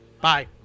Bye